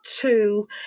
two